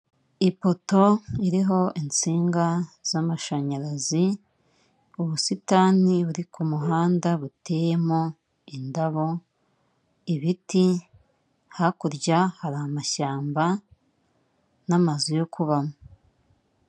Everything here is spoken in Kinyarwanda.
Ipoto iriho insinga z'amashanyarazi, ubusitani buri ku muhanda buteyemo indabo, ibiti; hakurya hari amashyamba n'amazu yo kubamo.